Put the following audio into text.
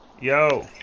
Yo